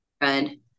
good